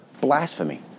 blasphemy